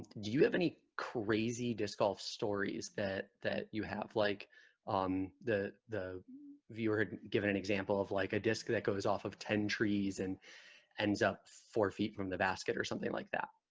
you have any crazy disc golf stories that that you have like on the the viewer had given an example of like a disc that goes off of ten trees and ends up four feet from the basket or something like that